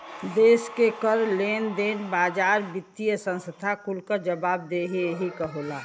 देस के कर, लेन देन, बाजार, वित्तिय संस्था कुल क जवाबदेही यही क होला